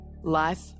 Life